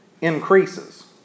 increases